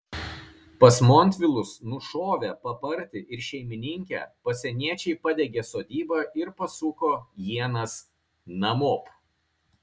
pas montvilus nušovę papartį ir šeimininkę pasieniečiai padegė sodybą ir pasuko ienas namop